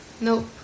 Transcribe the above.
Nope